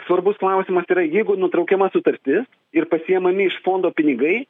svarbus klausimas yra jeigu nutraukiama sutartis ir pasiėmami iš fondo pinigai